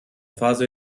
fase